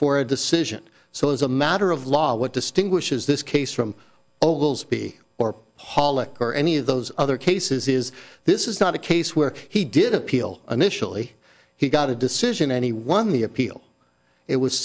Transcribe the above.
for a decision so as a matter of law what distinguishes this case from ovals be or holic or any of those other cases is this is not a case where he did appeal initially he got a decision any one the appeal it was